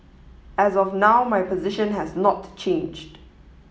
as of now my position has not changed